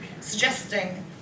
suggesting